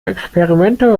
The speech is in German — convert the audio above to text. experimente